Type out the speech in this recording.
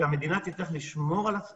"יש סיכוי שהיא תפעל תוך כך וכך זמן",